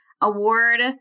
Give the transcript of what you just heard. award